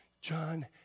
John